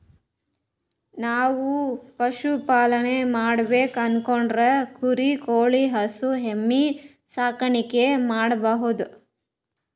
ನಾವ್ ಪಶುಪಾಲನೆ ಮಾಡ್ಬೇಕು ಅನ್ಕೊಂಡ್ರ ಕುರಿ ಕೋಳಿ ಹಸು ಎಮ್ಮಿ ಸಾಕಾಣಿಕೆ ಮಾಡಬಹುದ್